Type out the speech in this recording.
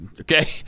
Okay